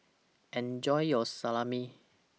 Enjoy your Salami